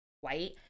white